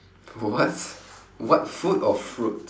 what what food or fruit